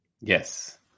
Yes